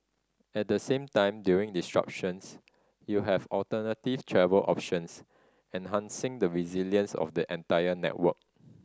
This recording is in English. at the same time during disruptions you have alternative travel options enhancing the resilience of the entire network